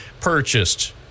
purchased